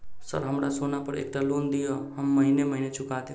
Sir हमरा सोना पर एकटा लोन दिऽ हम महीने महीने चुका देब?